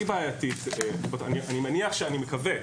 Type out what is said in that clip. אני מקווה,